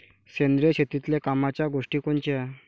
सेंद्रिय शेतीतले कामाच्या गोष्टी कोनच्या?